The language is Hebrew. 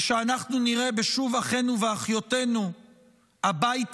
ושאנחנו נראה בשוב אחינו ואחיותינו הביתה,